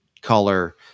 color